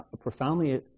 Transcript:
profoundly